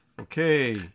Okay